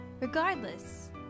Regardless